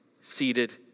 seated